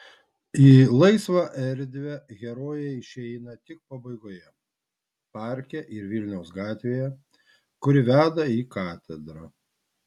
į laisvą erdvę herojai išeina tik pabaigoje parke ir vilniaus gatvėje kuri veda į katedrą